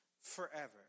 forever